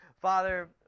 Father